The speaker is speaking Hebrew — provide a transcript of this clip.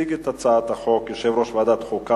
יציג את הצעת החוק יושב-ראש ועדת החוקה,